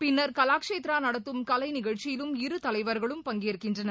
பின்னர் கவாச்சேத்ரா நடத்தும் கலை நிகழ்ச்சியிலும் இரு தலைவர்களும் பஙகேற்கின்றனர்